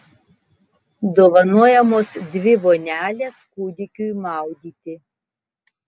dovanojamos dvi vonelės kūdikiui maudyti